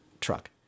truck